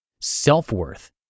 Self-worth